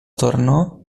tornò